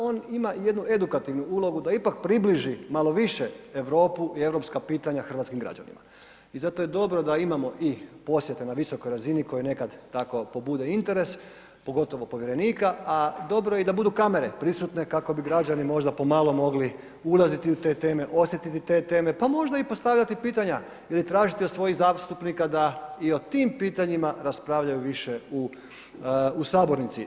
On ima jednu edukativnu ulogu da ipak približi malo više Europu i europska pitanja hrvatskim građanima i zato je dobro da imamo i posjete na visokoj razini koje nekad tako pobude interes, pogotovo povjerenika, a dobro je i da budu kamere prisutne kako bi građani možda pomalo mogli ulaziti u te teme, osjetiti te teme, pa možda i postavljati pitanja ili tražiti od svojih zastupnika da i o tim pitanjima raspravljaju više u sabornici.